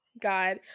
God